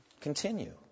Continue